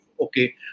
okay